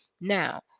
Now